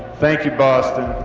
thank you, boston.